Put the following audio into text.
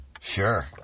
Sure